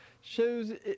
shows